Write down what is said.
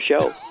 show